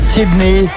Sydney